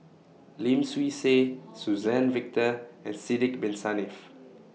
Lim Swee Say Suzann Victor and Sidek Bin Saniff